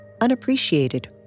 unappreciated